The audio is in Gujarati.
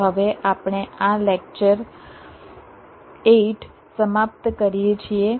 તો હવે આપણે આ લેક્ચર 8 સમાપ્ત કરીએ છીએ